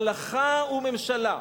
הלכה וממשלה,